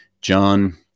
John